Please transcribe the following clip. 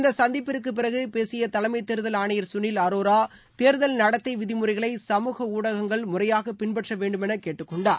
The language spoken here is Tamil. இந்த சந்திப்பிற்கு பிறகு பேசிய தலைமை தேர்தல் ஆணையர் சுனில் அரோரா தேர்தல் நடத்தை விதிமுறைகளை சமூக ஊடகங்கள் முறையாக பின்பற்ற வேண்டுமென கேட்டுக்கொண்டார்